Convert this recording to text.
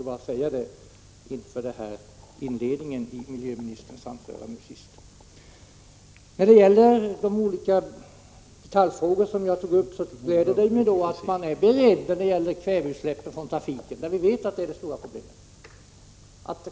Jag ville säga detta med anledning av inledningen i miljöministerns anförande nu sist. I När det gäller olika detaljfrågor som jag tog upp gläder det mig att man är beredd att ta itu med kväveoxiderna ifrån trafiken. Man vet ju att det är det stora problemet.